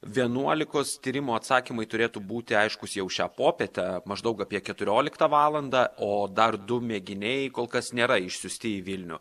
vienuolikos tyrimo atsakymai turėtų būti aiškūs jau šią popietę maždaug apie keturioliktą valandą o dar du mėginiai kol kas nėra išsiųsti į vilnių